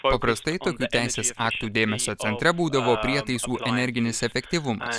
paprastai tokių teisės aktų dėmesio centre būdavo prietaisų energinis efektyvumas